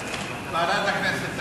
ועדת הכנסת תחליט.